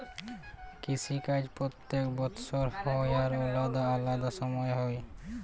কিসি কাজ প্যত্তেক বসর হ্যয় আর আলেদা আলেদা সময়ে হ্যয়